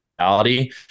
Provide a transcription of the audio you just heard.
reality